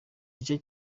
gice